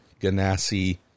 Ganassi